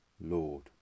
Lord